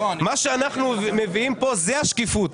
מה שאנחנו מביאים פה זה השקיפות.